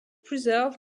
preserve